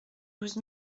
douze